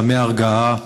סמי הרגעה,